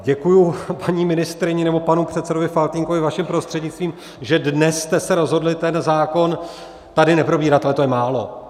Děkuji paní ministryni nebo panu předsedovi Faltýnkovi vaším prostřednictvím, že dnes jste se rozhodli ten zákon tady neprobírat, ale to je málo.